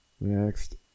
Next